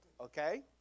Okay